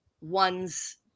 one's